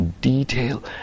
detail